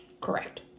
Correct